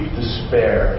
despair